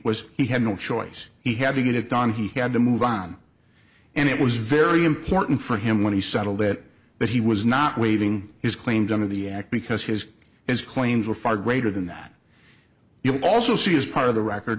was he had no choice he had to get it done he had to move on and it was very important for him when he settled it that he was not waiving his claim done of the act because his his claims were far greater than that you also see as part of the record